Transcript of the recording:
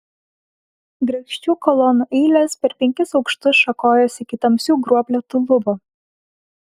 grakščių kolonų eilės per penkis aukštus šakojosi iki tamsių gruoblėtų lubų